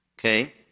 Okay